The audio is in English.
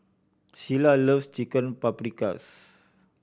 Shiela loves Chicken Paprikas